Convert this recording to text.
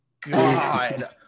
god